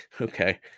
Okay